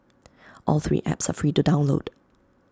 all three apps are free to download